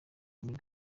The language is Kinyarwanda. rurimi